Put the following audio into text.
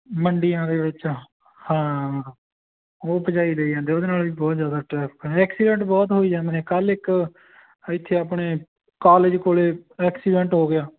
ਮੰਡੀਆਂ ਦੇ ਵਿੱਚ ਹਾਂ ਉਹ ਭਜਾਈ ਲਈ ਜਾਂਦੇ ਉਹਦੇ ਨਾਲ ਵੀ ਬਹੁਤ ਜ਼ਿਆਦਾ ਟ੍ਰੈਫਿਕ ਐਕਸੀਡੈਂਟ ਬਹੁਤ ਹੋਈ ਜਾਂਦੇ ਨੇ ਕੱਲ੍ਹ ਇੱਕ ਇੱਥੇ ਆਪਣੇ ਕੋਲਜ ਕੋਲ ਐਕਸੀਡੈਂਟ ਹੋ ਗਿਆ